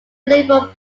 liberal